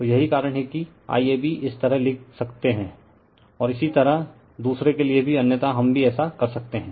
तो यही कारण है कि IAB इस तरह लिख सकते है इसी तरह दुसरे के लिए भी अन्यथा हम भी ऐसा कर सकते हैं